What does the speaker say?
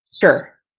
sure